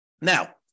Now